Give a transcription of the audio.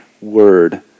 word